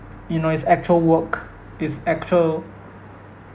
you know it's actual work it's actual